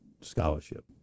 Scholarship